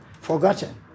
forgotten